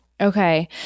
Okay